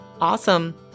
Awesome